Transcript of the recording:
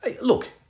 Look